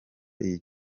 iyi